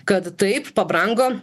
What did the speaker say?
kad taip pabrango